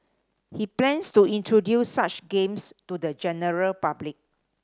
he plans to introduce such games to the general public